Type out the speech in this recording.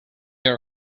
your